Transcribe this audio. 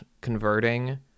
converting